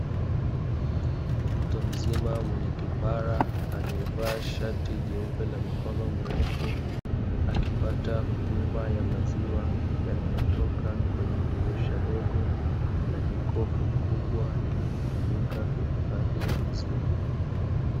Mtu mzima mwenye kipara aliyevaa shati jeupe la mikono mirefu, akipata huduma ya maziwa, yanayotoka kwenye dirisha dogo la jokofu kubwa, linalotumika kuhifadhi maziwa.